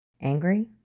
Angry